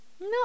No